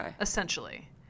essentially